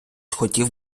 хотів